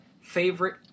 favorite